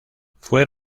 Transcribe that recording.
fue